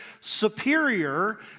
superior